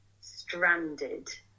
stranded